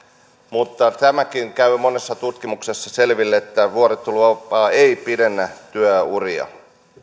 mutta tämäkin käy monessa tutkimuksessa selville että vuorotteluvapaa ei pidennä työuria täällä